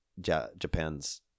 japan's